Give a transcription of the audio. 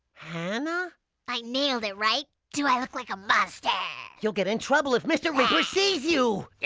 and i nailed it, right? do i look like a monster? you'll get in trouble if mr. reaper sees you! you